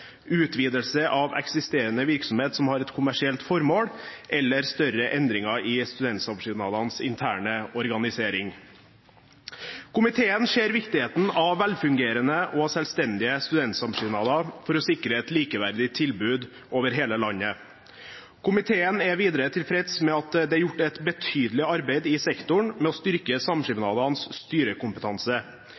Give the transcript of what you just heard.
utvidelse av eksisterende virksomhet som har et kommersielt formål, eller større endringer i studentskipnadenes interne organisering. Komiteen ser viktigheten av velfungerende og selvstendige studentsamskipnader for å sikre et likeverdig tilbud over hele landet. Komiteen er videre tilfreds med at det er gjort et betydelig arbeid i sektoren med å styrke samskipnadenes styrekompetanse.